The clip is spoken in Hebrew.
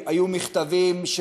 היו מכתבים,